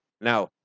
Now